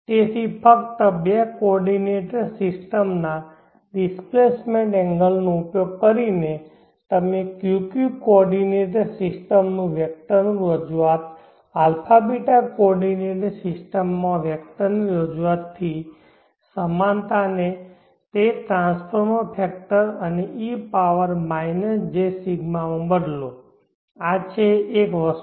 તેથી ફક્ત બે કોઓર્ડિનેટ સિસ્ટમ ના ડિસ્પ્લેસમેન્ટ એંગલનો ઉપયોગ કરીને તમે q q કોઓર્ડિનેટ સિસ્ટમ માં વેક્ટરનું રજૂઆત α β કોઓર્ડિનેંટ સિસ્ટમમાં વેક્ટરનું રજૂઆત ની સમાનતા તે ટ્રાન્સફોર્મ ફેક્ટર અને e પાવર jρ માં બદલો આ છે એક વસ્તુ